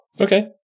Okay